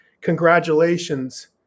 congratulations